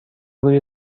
روی